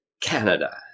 Canada